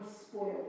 spoiled